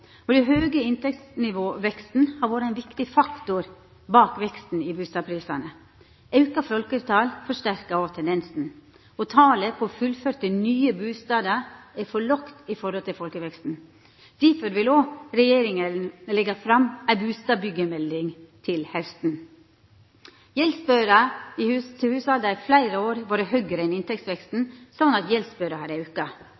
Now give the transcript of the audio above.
nivå. Den høge inntektsveksten har vore ein viktig faktor bak veksten i bustadprisane. Auka folketal forsterkar òg tendensen. Talet på fullførte nye bustader er for lågt i forhold til folkeveksten. Difor vil òg regjeringa leggja fram ei bustadbyggjemelding til hausten. Gjeldsbøra til hushalda har i fleire år våre høgre enn